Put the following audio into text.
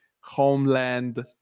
homeland